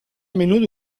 menudo